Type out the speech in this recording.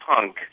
punk